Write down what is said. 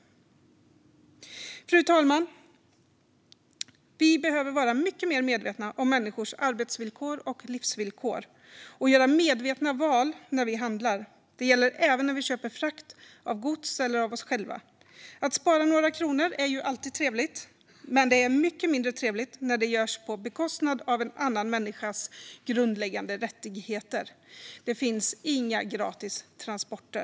Fru talman! Vi behöver vara mycket mer medvetna om människors arbetsvillkor och livsvillkor och göra medvetna val när vi handlar. Det gäller även när vi köper frakt av gods eller av oss själva. Att spara några kronor är ju alltid trevligt. Men det är mycket mindre trevligt när det görs på bekostnad av en annan människas grundläggande rättigheter. Det finns inga gratis transporter.